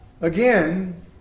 again